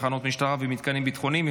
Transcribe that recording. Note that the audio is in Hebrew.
תחנות משטרה ומתקנים ביטחוניים),